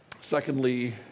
Secondly